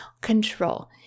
control